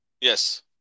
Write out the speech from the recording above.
Yes